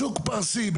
שוק פרסי.